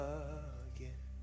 again